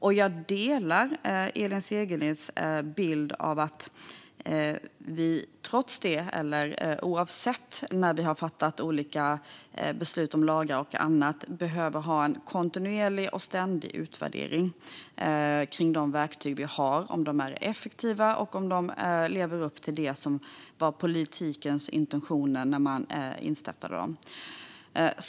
Men jag delar Elin Segerlinds bild att när vi har fattat olika beslut om lagar och annat behöver vi trots eller oavsett det ha en kontinuerlig och ständig utvärdering av om de verktyg vi har är effektiva och lever upp till det som var politikens intentioner när man satte in dem.